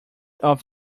off